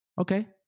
Okay